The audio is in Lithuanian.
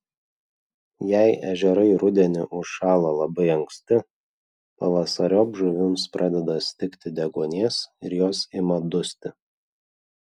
jei ežerai rudenį užšąla labai anksti pavasariop žuvims pradeda stigti deguonies ir jos ima dusti